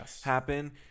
happen